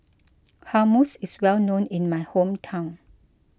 Hummus is well known in my hometown